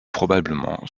probablement